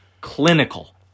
clinical